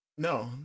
No